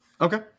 Okay